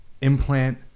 implant